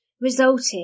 resulted